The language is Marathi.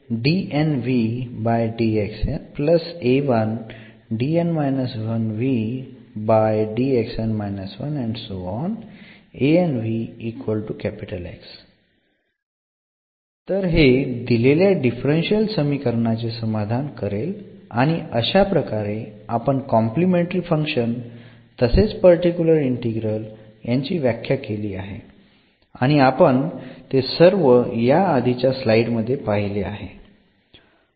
तर हे दिलेल्या डिफरन्शियल समीकरणाचे समाधान करेल आणि अशा प्रकारे आपण कॉम्प्लिमेंटरी फंक्शन तसेच पर्टिक्युलर इंटीग्रल यांची व्याख्या केली आहे आणि आपण ते सर्व या आधीच्या स्लाइड मध्ये पहिले आहेच